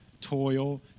toil